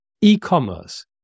e-commerce